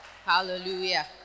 Hallelujah